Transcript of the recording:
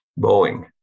Boeing